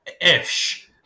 ish